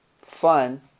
fun